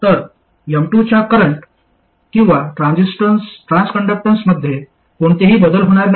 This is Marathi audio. तर M2 च्या करंट किंवा ट्रान्सकंडक्टन्समध्ये कोणतेही बदल होणार नाही